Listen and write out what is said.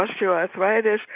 osteoarthritis